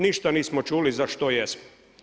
Ništa nismo čuli za što jesmo.